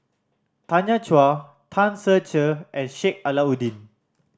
Tanya Chua Tan Ser Cher and Sheik Alau'ddin